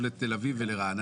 הוא טוב לתל אביב ורעננה,